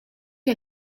jak